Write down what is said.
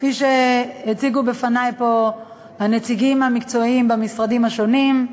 כפי שהציגו בפני פה הנציגים המקצועיים במשרדים השונים,